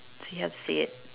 so you have to say it